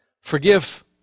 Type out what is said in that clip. forgive